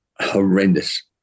horrendous